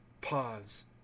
Pause